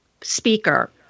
speaker